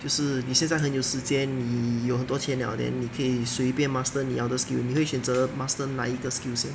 就是你现在很有时间你有多钱了 then 你可以随便 master 你要的 skill 你会选择 master 哪一个 skill 先